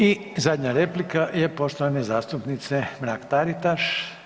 I zadnja replika je poštovane zastupnice Mrak Taritaš.